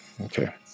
Okay